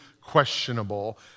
questionable